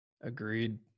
Agreed